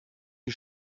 sie